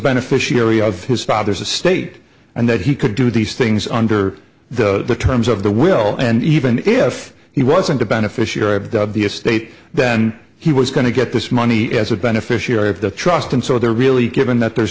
beneficiary of his father's estate and that he could do these things under the terms of the will and even if he wasn't a beneficiary of the estate then he was going to get this money as a beneficiary of the trust and so there really given that there's